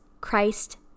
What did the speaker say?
Christ